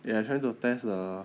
ya trying to test the